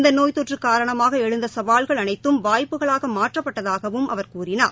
இந்த நோய்த்தொற்று காரணமாக எழுந்த கவால்கள் அனைத்தும் வாய்ப்புகளாக மாற்றப்பட்டதாகவும் அவர் கூறினார்